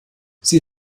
sie